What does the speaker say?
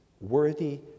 worthy